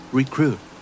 recruit